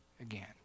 again